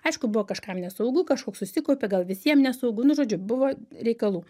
aišku buvo kažkam nesaugu kažkoks susikaupė gal visiem nesaugu nu žodžiu buvo reikalų